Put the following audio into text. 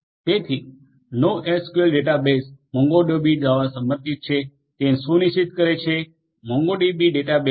તેથી NoSQL database MongoDB દ્વારા સમર્થિત છે તે સુનિશ્ચિત કરે છે મોંગોડીબી ડેટાબેઝને